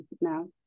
now